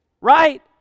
Right